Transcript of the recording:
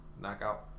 knockout